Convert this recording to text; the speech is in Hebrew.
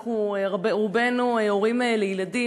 רובנו הורים לילדים,